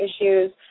issues